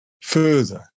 further